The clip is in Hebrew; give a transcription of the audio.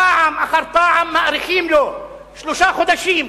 פעם אחר פעם מאריכים לו בשלושה חודשים,